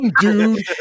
dude